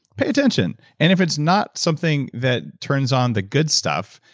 pay attention. and if it's not something that turns on the good stuff,